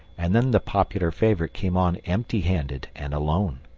and then the popular favourite came on empty-handed and alone.